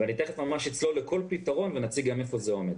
תיכף אצלול לכל פתרון ונציג גם איפה זה עומד.